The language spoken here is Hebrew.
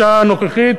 בשעה הנוכחית,